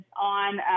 on